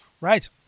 right